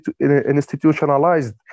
institutionalized